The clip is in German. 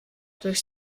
durch